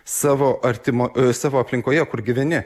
savo artimo savo aplinkoje kur gyveni